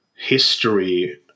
history